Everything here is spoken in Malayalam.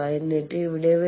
എന്നിട്ട് ഇവിടെ വരിക